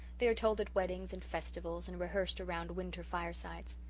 they are told at weddings and festivals, and rehearsed around winter firesides.